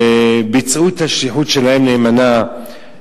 ביצעו את השליחות שלהם נאמנה,